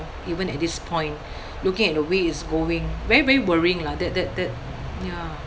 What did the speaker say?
even at this point looking at the way it's going very very worrying lah that that that ya